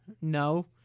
no